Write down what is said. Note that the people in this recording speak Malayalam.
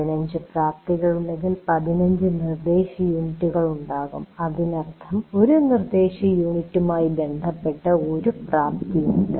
15 പ്രാപ്തികളുണ്ടെങ്കിൽ 15 നിർദ്ദേശ യൂണിറ്റുകൾ ഉണ്ടാകും അതിനർത്ഥം ഒരു നിർദ്ദേശ യൂണിറ്റുമായി ബന്ധപ്പെട്ട ഒരു പ്രാപ്തി ഉണ്ട്